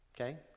Okay